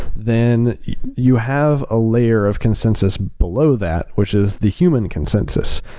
then you have a layer of consensus below that, which is the human consensus.